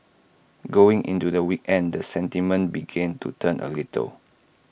going into the weekend the sentiment began to turn A little